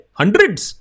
hundreds